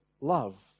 love